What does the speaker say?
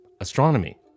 Astronomy